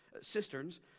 cisterns